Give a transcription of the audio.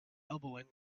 elbowing